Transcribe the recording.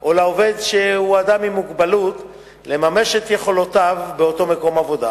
או לעובד שהוא אדם עם מוגבלות לממש את יכולותיו באותו מקום עבודה,